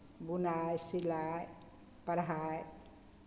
बुनाइ सिलाइ पढ़ाइ